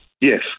Yes